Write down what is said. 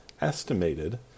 estimated